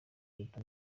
kuruta